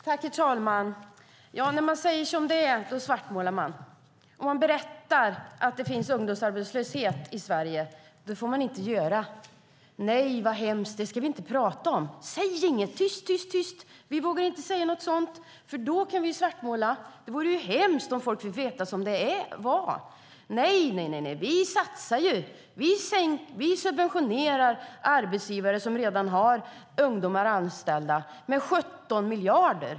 Herr talman! När man säger som det är svartmålar man. Man får inte berätta att det finns ungdomsarbetslöshet i Sverige. Det är så hemskt, och det ska vi inte prata om. Vi ska inte säga någonting utan vara tysta. Vi vågar inte säga något sådant, för då kan vi svartmåla. Det vore hemskt om folk fick veta hur det är. Vi subventionerar arbetsgivare som redan har ungdomar anställda med 17 miljarder.